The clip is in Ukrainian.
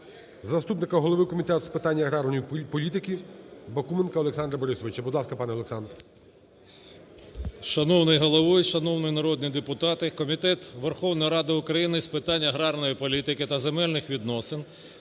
заступника голови Комітету з питань аграрної політики Бакуменка Олександра Борисовича. Будь ласка, пан Олександр. 17:27:02 БАКУМЕНКО О.Б. Шановний головуючий, шановні народні депутати! Комітет Верховної Ради України з питань аграрної політики та земельних відносин